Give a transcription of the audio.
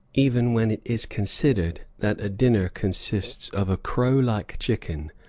even when it is considered that a dinner consists of a crow-like chicken,